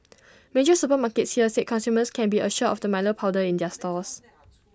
major supermarkets here said consumers can be assured of the milo powder in their stores